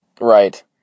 Right